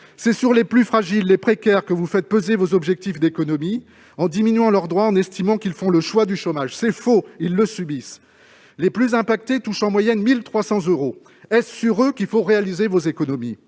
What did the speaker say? C'est sur les plus fragiles, les précaires, que vous faites peser vos objectifs d'économies, en diminuant leurs droits et en estimant qu'ils font le choix du chômage ! C'est faux ! Ils le subissent ! Les plus affectés par l'impact de la crise touchent en moyenne 1 300 euros ! Est-ce sur eux qu'il faut réaliser vos économies ?